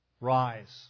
Rise